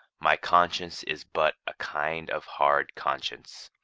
my conscience is but a kind of hard conscience,